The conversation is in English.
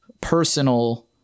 personal